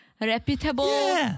reputable